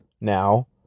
now